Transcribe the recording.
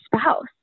spouse